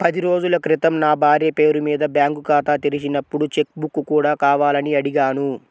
పది రోజుల క్రితం నా భార్య పేరు మీద బ్యాంకు ఖాతా తెరిచినప్పుడు చెక్ బుక్ కూడా కావాలని అడిగాను